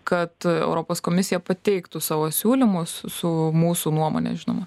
kad europos komisija pateiktų savo siūlymus su mūsų nuomone žinoma